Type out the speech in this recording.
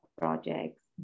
projects